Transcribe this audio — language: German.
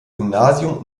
gymnasium